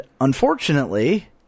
unfortunately